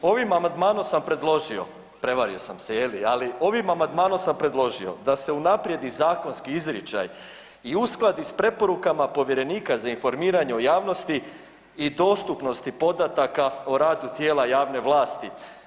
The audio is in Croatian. Ovim amandmanom sam predložio, prevario sam se je li, ali ovim amandmanom sam predložio da se unaprijed i zakonski izričaj i uskladi sa preporukama povjerenika za informiranje o javnosti i dostupnosti podataka o radu tijela javne vlasti.